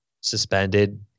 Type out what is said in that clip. suspended